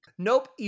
Nope